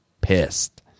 pissed